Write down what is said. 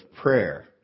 prayer